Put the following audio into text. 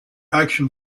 action